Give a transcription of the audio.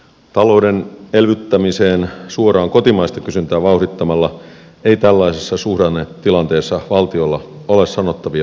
talouden elvyttämiseen suoraan kotimaista kysyntää vauhdittamalla valtiolla ei tällaisessa suhdannetilanteessa ole sanottavia mahdollisuuksia